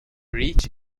rich